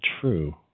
true